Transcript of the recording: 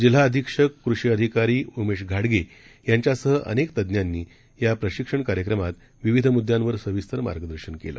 जिल्हाअधीक्षकक़षीअधिकारीउमेशघाडगे यांच्यासहअनेकतज्ज्ञांनीयाप्रशिक्षणकार्यक्रमातविविधम्द्यांवरसविस्तरमार्गदर्शनकेलं